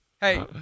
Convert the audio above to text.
Hey